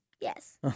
Yes